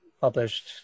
published